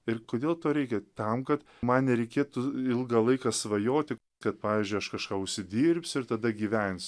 ir kodėl to reikia tam kad man nereikėtų ilgą laiką svajoti kad pavyzdžiu aš kažką užsidirbsiu ir tada gyvens